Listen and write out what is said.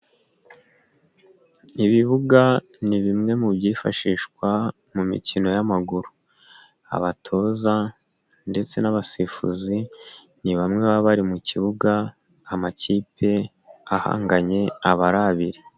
Ibibuga ni bimwe mu byifashishwa mu mikino y'amaguru. Abatoza ndetse n'abasifuzi ni bamwe baba bari mu kibuga amakipe ahanganye aba ari abiri.